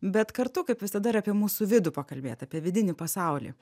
bet kartu kaip visada ir apie mūsų vidų pakalbėt apie vidinį pasaulį